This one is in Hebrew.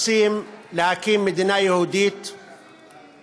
רוצים להקים מדינה יהודית ודמוקרטית?